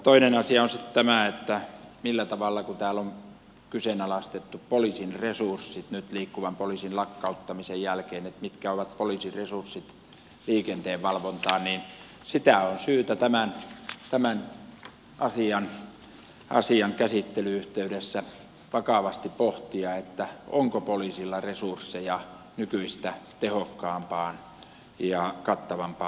toinen asia on sitten tämä että kun täällä on kyseenalaistettu poliisin resurssit liikenteenvalvontaan nyt liikkuvan poliisin lakkauttamisen jälkeen mitkä ovat poliisin resurssit liikenteen valvontaan niin tämän asian käsittelyn yhteydessä on syytä vakavasti pohtia onko poliisilla resursseja nykyistä tehokkaampaan ja kattavampaan liikenteenvalvontaan